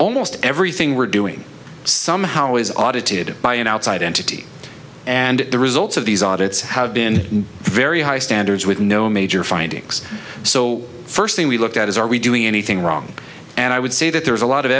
almost everything we're doing somehow is audited by an outside entity and the results of these audits have been very high standards with no major findings so first thing we look at is are we doing anything wrong and i would say that there's a lot of